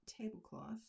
tablecloth